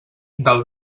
del